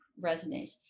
resonates